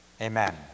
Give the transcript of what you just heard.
Amen